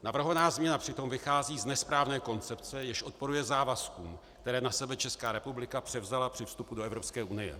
Navrhovaná změna přitom vychází z nesprávné koncepce, jež odporuje závazkům, které na sebe Česká republika převzala při vstupu do Evropské unie.